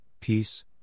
peace